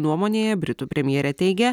nuomonėje britų premjerė teigia